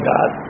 God